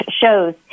shows